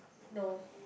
no